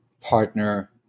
partner